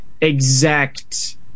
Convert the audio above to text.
exact